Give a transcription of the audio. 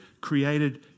created